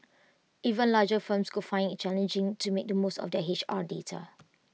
even larger firms could find IT challenging to make the most of their H R data